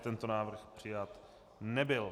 Tento návrh přijat nebyl.